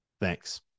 Thanks